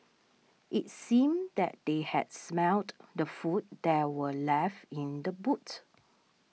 it seemed that they had smelt the food that were left in the boot